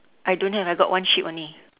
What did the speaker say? I don't have I got one sheep only